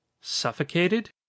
Suffocated